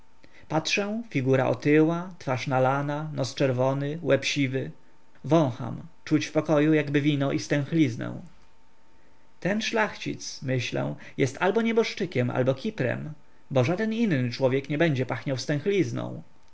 patrzę figura otyła twarz nalana nos czerwony łeb siwy wącham czuć w pokoju jakby wino i stęchliznę ten szlachcic myślę jest albo nieboszczykiem albo kiprem bo żaden inny człowiek nie będzie pachniał stęchlizną